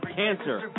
cancer